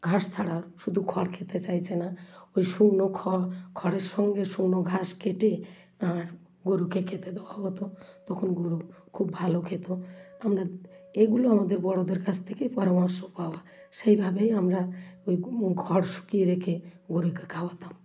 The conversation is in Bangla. ঘাস ছাড়া শুধু খড় খেতে চাইছে না ওই শুকনো খড় খড়ের সঙ্গে শুকনো ঘাস কেটে আর গরুকে খেতে দোওয়া হতো তখন গরু খুব ভালো খেতো আমরা এগুলো আমাদের বড়োদের কাছ থেকেই পরামর্শ পাওয়া সেইভাবেই আমরা ওই খড় শুকিয়ে রেখে গরুকে খাওয়াতাম